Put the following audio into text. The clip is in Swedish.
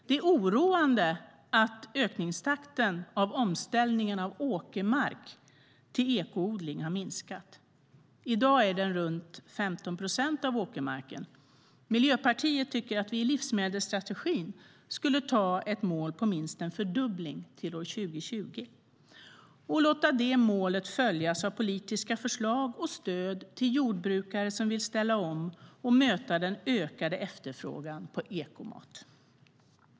Det är oroande att ökningstakten för omställningen av åkermark till ekoodling har minskat. I dag är den runt 15 procent av åkermarken. Miljöpartiet tycker att vi i livsmedelsstrategin skulle anta ett mål på minst en fördubbling till 2020 och låta det målet följas av politiska förslag och stöd till jordbrukare som vill ställa om och möta den ökade efterfrågan på ekomat.